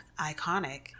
iconic